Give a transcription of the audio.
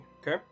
Okay